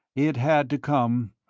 it had to come,